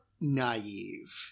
Naive